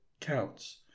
counts